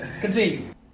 Continue